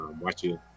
Watching